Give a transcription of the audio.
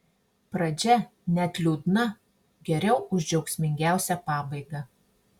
pradžia net liūdna geriau už džiaugsmingiausią pabaigą